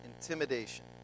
intimidation